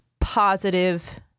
positive